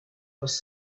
was